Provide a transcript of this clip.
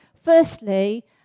firstly